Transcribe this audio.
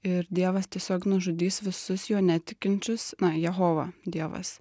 ir dievas tiesiog nužudys visus juo netikinčius na jehova dievas